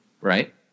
Right